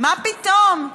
מה פתאום?